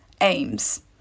aims